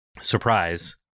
surprise